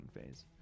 phase